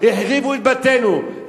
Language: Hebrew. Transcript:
החריבו את ביתנו,